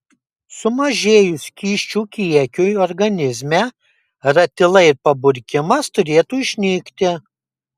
sumažėjus skysčių kiekiui organizme ratilai ir paburkimas turėtų išnykti